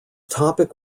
topic